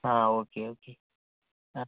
ആ okay okay ആ